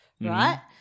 right